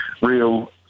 real